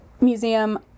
museum